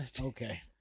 okay